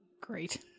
Great